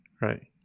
Right